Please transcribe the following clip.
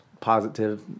positive